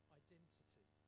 identity